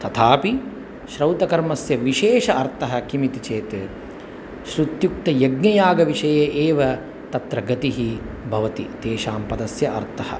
तथापि श्रौतकर्मस्य विशेषार्थः किम् इति चेत् शृत्युक्तयज्ञयागविषये एव तत्र गतिः भवति तेषां पदस्य अर्थः